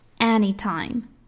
anytime